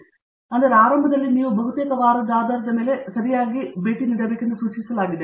ಆದ್ದರಿಂದ ಆರಂಭದಲ್ಲಿ ನೀವು ಬಹುತೇಕ ವಾರದ ಆಧಾರದ ಮೇಲೆ ಸರಿಯಾಗಿ ಭೇಟಿ ನೀಡಬೇಕೆಂದು ಸೂಚಿಸಲಾಗಿದೆ